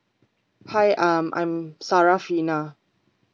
hi I'm I'm sarah fina